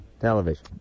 television